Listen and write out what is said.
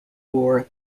war